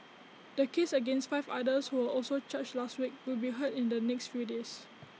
the cases against five others who were also charged last week will be heard in the next few days